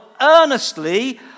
earnestly